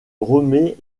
remet